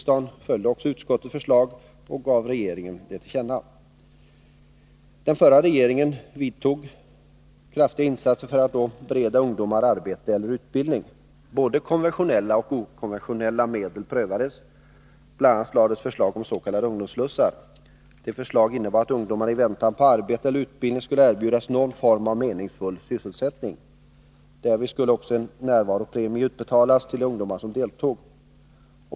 Den förra regeringen vidtog kraftiga insatser för att bereda ungdomar arbete eller utbildning. Både konventionella och okonventionella medel prövades. Bl. a. lades fram förslag om s.k. ungdomsslussar. Det förslaget innebar att ungdomarna i väntan på arbete eller utbildning skulle erbjudas någon form av meningsfull sysselsättning. Därvid skulle även en närvaropremie utbetalas till de ungdomar som deltog.